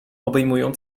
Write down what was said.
obejmują